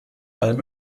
allem